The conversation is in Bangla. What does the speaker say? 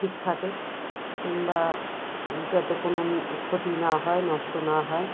ঠিক থাকে কিংবা যাতে কোনো ক্ষতি না হয় নষ্ট না হয়